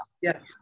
yes